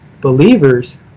believers